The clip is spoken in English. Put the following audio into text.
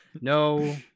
no